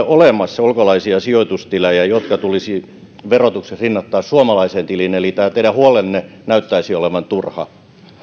olemassa ulkolaisia sijoitustilejä jotka tulisi verotuksessa rinnastaa suomalaiseen tiliin eli tämä teidän huolenne näyttäisi olevan turha